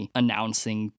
announcing